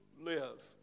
live